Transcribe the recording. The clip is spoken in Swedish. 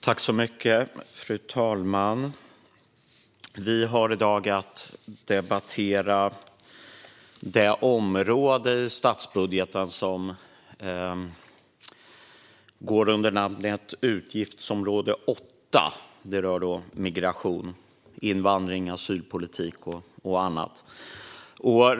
Fru talman! Vi har i dag att debattera det område i statsbudgeten som går under namnet utgiftsområde 8. Det rör migration, invandring, asylpolitik och annat.